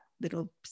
little